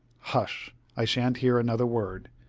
hush! i shan't hear another word,